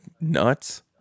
nuts